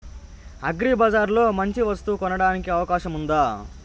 అగ్రిబజార్ లో మంచి వస్తువు కొనడానికి అవకాశం వుందా?